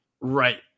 Right